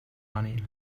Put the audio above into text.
money